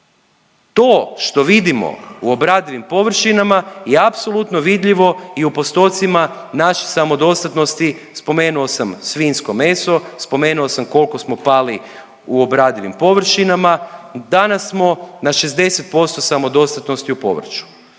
To što vidimo u obradivim površinama je apsolutno vidljivo i u postotcima naše samodostatnosti. Spomenuo sam svinjsko meso, spomenuo sam koliko smo pali u obradivim površinama. Danas smo na 60% samodostatnosti u povrću.